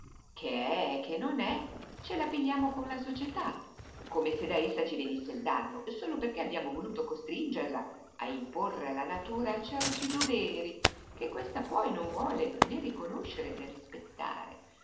che è che non è ce la pigliamo con la società come se da essa ci venisse il danno solo perché abbiamo voluto costringerla a imporre alla natura certi doveri che questa poi non vuole né riconoscere né rispettare